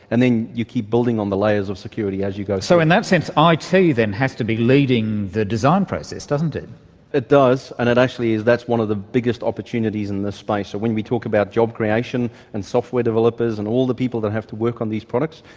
and then you keep building on the layers of security as you go. so in that sense it, then, has to be leading the design process, doesn't it? it does. and it actually is, that's one of the biggest opportunities in this space. so when we talk about job creation and software developers and all the people that have to work on these products,